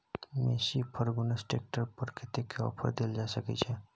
Massey Ferguson tractor पर कतेक के ऑफर देल जा सकै छै?